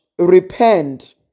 repent